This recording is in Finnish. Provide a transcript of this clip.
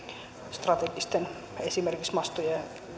strategiset esimerkiksi mastojen